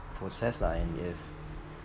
process lah and if